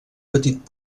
petit